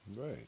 right